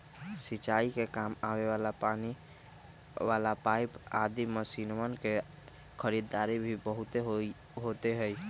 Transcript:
सिंचाई के काम आवे वाला पानी वाला पाईप आदि मशीनवन के खरीदारी भी बहुत होते हई